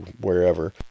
wherever